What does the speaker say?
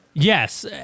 Yes